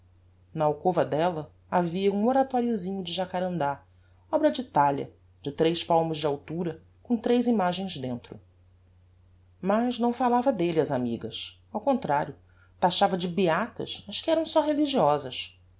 na alcova della havia um oratoriosinho de jacarandá obra de talha de tres palmos de altura com tres imagens dentro mas não falava delle ás amigas ao contrario taxava de beatas as que eram só religiosas